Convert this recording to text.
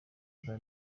mba